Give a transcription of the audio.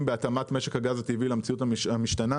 בהתאמת משק הגז הטבעי למציאות המשתנה.